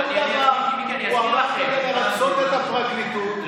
כל דבר הוא אמר כדי לרצות את הפרקליטות,